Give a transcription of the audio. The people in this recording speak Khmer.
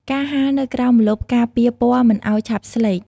ការហាលនៅក្រោមម្លប់ការពារពណ៌មិនឱ្យឆាប់ស្លេក។